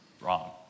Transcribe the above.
wrong